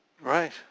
Right